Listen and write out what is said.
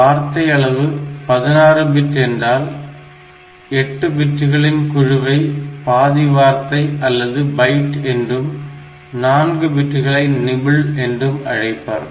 வார்த்தை அளவு 16 பிட் என்றால் 8 பிட்டுகளின் குழுவை பாதிவார்த்தை அல்லது பைட் என்றும் 4 பிட்டுகளை நிபிள் என்றும் அழைப்பர்